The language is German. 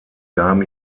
gaben